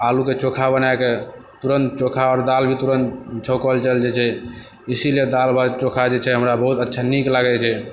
आलूके चोखा बनाकऽ तुरन्त चोखा आओर दाल भी तुरन्त छौँकल चलि जाइ छै इसीलिए दाल भात चोखा जे छै हमरा बहुत अच्छा नीक लागै छै